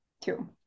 two